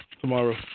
Tomorrow